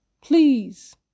please